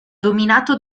dominato